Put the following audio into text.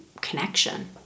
connection